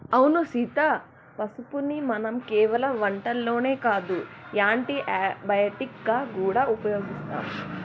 అవును సీత పసుపుని మనం కేవలం వంటల్లోనే కాదు యాంటీ బయటిక్ గా గూడా ఉపయోగిస్తాం